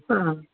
हॅं